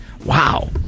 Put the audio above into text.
Wow